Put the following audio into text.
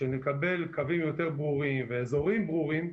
כשנקבל קווים יותר ברורים ואזורים ברורים,